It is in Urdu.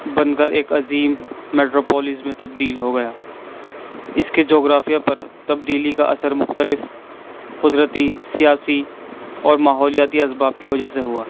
بن کر ایک عظیم میٹرو پالس میں تبدیل ہو گیا اس کے جغرافیہ پر تبدیلی کا اثر مختلف قدرتی سیاسی اور ماحولیاتی اسباب کی وجہ سے ہوا